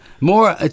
more